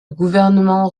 gouvernement